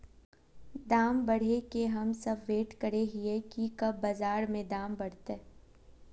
दाम बढ़े के हम सब वैट करे हिये की कब बाजार में दाम बढ़ते?